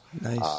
Nice